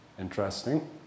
Interesting